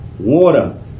Water